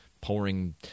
pouring